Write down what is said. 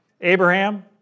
Abraham